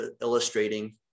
illustrating